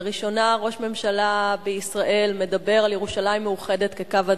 לראשונה ראש ממשלה בישראל מדבר על ירושלים מאוחדת כקו אדום,